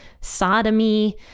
sodomy